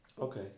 Okay